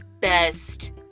best